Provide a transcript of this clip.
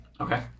Okay